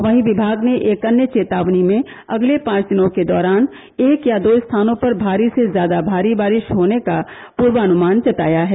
वहीं विमाग ने एक अन्य चेतावनी में अगले पांच दिनों के दौरान एक या दो स्थानों पर भारी से ज्यादा भारी बारिश होने का पूर्वानुमान जताया है